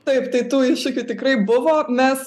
taip tai tų iššūkių tikrai buvo mes